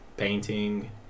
Painting